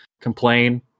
complain